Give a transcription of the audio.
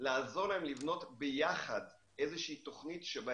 לעזור להם לבנות ביחד איזה שהיא תוכנית שבה